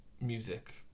music